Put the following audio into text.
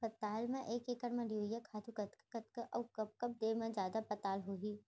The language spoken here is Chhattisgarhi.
पताल बर एक एकड़ म यूरिया खातू कतका कतका अऊ कब कब देहे म जादा पताल होही?